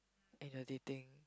and we're dating